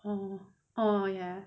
oh oh ya